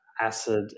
acid